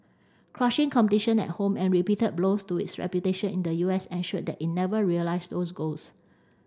crushing competition at home and repeated blows to its reputation in the U S ensured that it never realised those goals